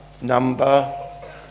number